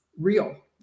real